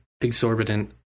exorbitant